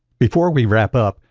before we wrap up,